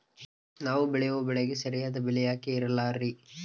ನಾವು ಬೆಳೆಯುವ ಬೆಳೆಗೆ ಸರಿಯಾದ ಬೆಲೆ ಯಾಕೆ ಇರಲ್ಲಾರಿ?